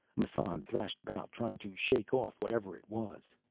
massan thrashed about, trying to shake off whatever it was.